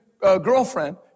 girlfriend